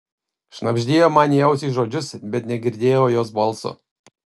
šnabždėjo man į ausį žodžius bet negirdėjau jos balso